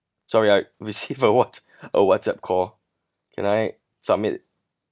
sorry I receive a whatsapp a whatsapp call can I submit